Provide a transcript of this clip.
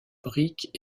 briques